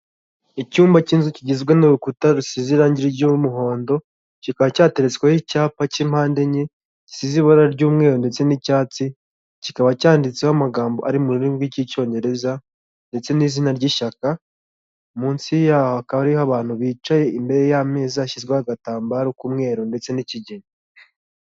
Icyumba cy'inzu kigizwe n'urukuta rusize irangi ry'umuhondo, kikaba cyateretsweho icyapa cy'impande enye gisize ibara ry'umweru ndetse n'icyatsi, kikaba cyanditseho amagambo ari mu rurimi rw'icyongereza ndetse n'izina ry'ishyaka, munsi yaho hakaba hariho abantu bicaye imbere y'ameza hashyizweho agatambaro k'umweru ndetse n'ikigina.